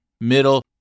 middle